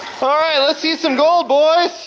all right, let's see some gold, boys!